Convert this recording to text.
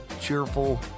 cheerful